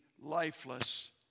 lifeless